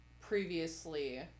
previously